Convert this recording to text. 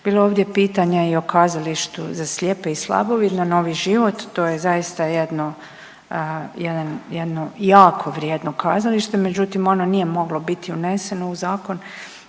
Bilo je ovdje pitanja i o Kazalištu za slijepe i slabovidne „Novi život“, to je zaista jedno jako vrijedno kazalište, međutim ono nije moglo biti uneseno u zakon